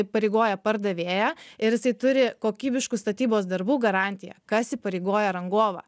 įpareigoja pardavėją ir jisai turi kokybiškų statybos darbų garantiją kas įpareigoja rangovą